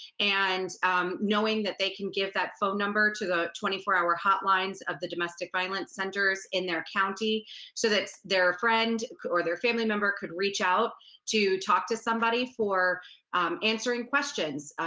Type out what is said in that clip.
and knowing that they can give that phone number to the twenty four hour hotlines of the domestic violence centers in their county so that their friend or their family member could reach out to talk to somebody for answering questions,